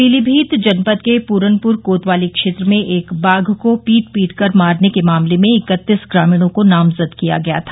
पीलीमीत जनपद के पूरनपुर कोतवाली क्षेत्र में एक बाघ को पीट पीट कर मारने के मामले में इकत्तीस ग्रामीणों को नामजद किया गया था